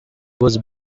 was